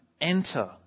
enter